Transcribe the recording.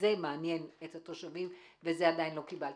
זה מעניין את התושבים וזה עדיין לא קיבלתי,